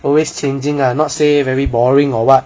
always changing lah not say very boring or what